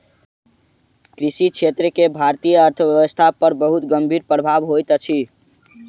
कृषि क्षेत्र के भारतीय अर्थव्यवस्था पर बहुत गंभीर प्रभाव होइत अछि